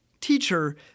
teacher